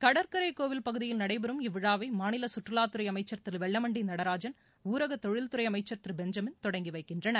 கடற்கரை கோவில் பகுதியில் நடைபெறும் இவ்விழாவை மாநில சுற்றுலாத் துறை அமைச்சர் திரு வெல்லமண்டி நடராஜன் ஊரகத் தொழில்துறை அமைச்சர் திரு பெஞ்சமின் தொடங்கிவைக்கின்றனர்